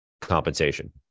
compensation